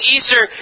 Easter